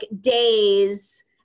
days